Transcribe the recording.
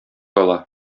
ала